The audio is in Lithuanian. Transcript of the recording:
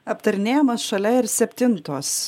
aptarinėjamas šalia ir septintos